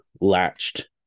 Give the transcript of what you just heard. latched